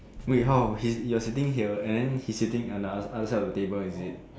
wait how he you're sitting here and then he's sitting on the on the other side of the table is it